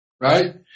right